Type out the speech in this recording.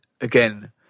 again